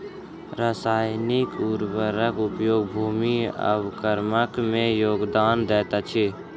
रासायनिक उर्वरक उपयोग भूमि अवक्रमण में योगदान दैत अछि